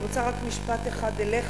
אני רוצה רק משפט אחד אליך,